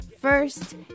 First